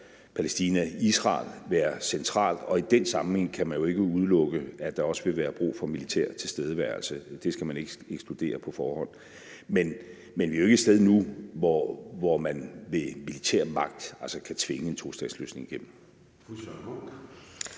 Palæstina-Israel være centralt, og i den sammenhæng kan man jo ikke udelukke, at der også vil være brug for militær tilstedeværelse. Det skal man ikke ekskludere på forhånd. Men vi er jo ikke et sted nu, hvor man med militær magt kan tvinge en tostatsløsning igennem.